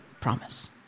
Promise